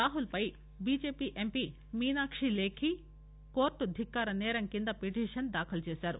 రాహుల్ పై BJP MP Meenakshi Lekhi court ధిక్కార సేరం కింద పిటిషన్ దాఖలు చేశారు